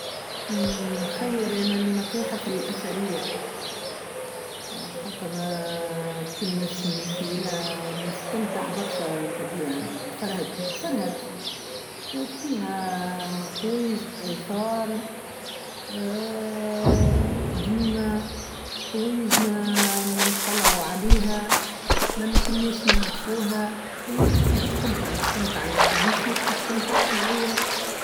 نخيرنا المتاحف الأثرية خاطر كي الناس نمشيلها نستمتع برشا كبير فيها نتفرهد نتفرهد فيهااااا حويج إيثاراااااا قديمة حويجنا نطلعوا عليها ما نكناش نعرفوها نستمتع نستمتع كي نمشي نستمتع بزيارتها.